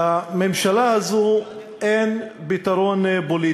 לממשלה הזאת אין פתרון פוליטי.